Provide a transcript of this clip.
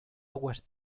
aguas